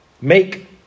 Make